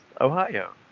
Ohio